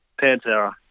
Pantera